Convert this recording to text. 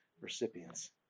recipients